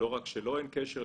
לא רק שלו אין קשר,